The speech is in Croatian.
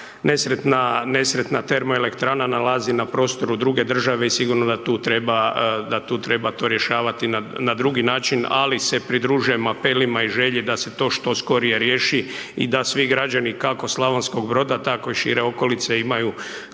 nesretna termoelektrana nalazi na prostoru druge države i sigurno da tu treba, da tu treba to rješavati na drugi način ali se pridružujem apelima i želji da se to što skorije riješi i da svi građani kako Slavonskog Broda tako i šire okolice imaju